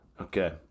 Okay